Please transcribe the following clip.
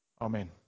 Amen